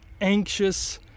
anxious